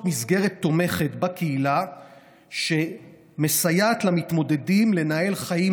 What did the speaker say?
מסגרת תומכת בקהילה שמסייעת למתמודדים לנהל חיים